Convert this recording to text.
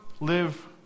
live